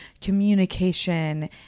communication